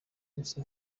busa